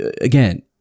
again